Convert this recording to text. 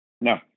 No